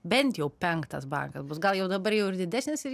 bent jau penktas bankas bus gal jau dabar jau ir didesnis ir